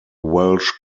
welsh